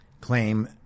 claim